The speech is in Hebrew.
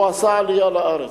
והוא עשה עלייה לארץ.